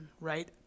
right